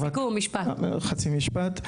בחצי משפט.